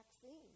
vaccine